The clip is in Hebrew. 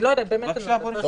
אני באמת לא יודעת.